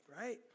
right